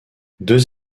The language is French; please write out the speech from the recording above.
deux